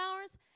hours